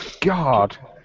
God